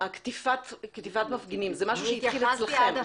קטיפת מפגינים זה משהו שהתחיל אצלכם.